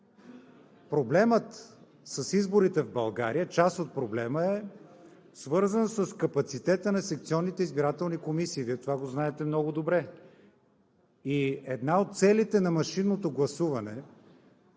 Проблемът с изборите в България, част от проблема е свързана с капацитета на секционните избирателни комисии – Вие това го знаете много добре. Една от целите на машинното гласуване,